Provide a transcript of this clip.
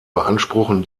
beanspruchen